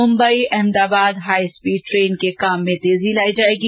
Mumbai Ahmedabad high speed train के काम मे तेजी लाई जायेगी